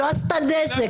היא לא עשתה נזק.